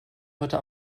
heute